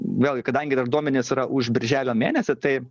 vėlgi kadangi dar duomenys yra už birželio mėnesį tai